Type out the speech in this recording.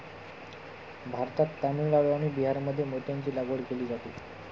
भारतात तामिळनाडू आणि बिहारमध्ये मोत्यांची लागवड केली जाते